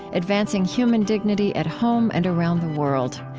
advancing human dignity at home and around the world.